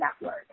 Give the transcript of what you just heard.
network